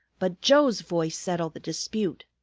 but joe's voice settled the dispute.